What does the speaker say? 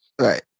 Right